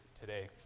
today